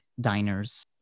diners